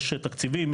יש תקציבים,